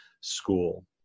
school